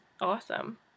awesome